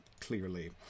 clearly